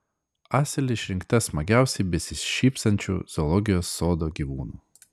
asilė išrinkta smagiausiai besišypsančiu zoologijos sodo gyvūnu